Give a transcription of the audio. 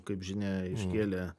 kaip žinia iškėlė